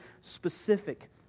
specific